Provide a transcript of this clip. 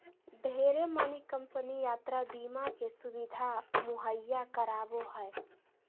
ढेरे मानी कम्पनी यात्रा बीमा के सुविधा मुहैया करावो हय